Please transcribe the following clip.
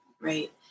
right